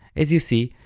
as you see,